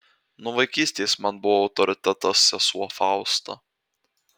nuo vaikystės man buvo autoritetas sesuo fausta